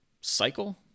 cycle